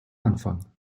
anfang